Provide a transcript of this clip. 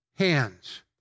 hands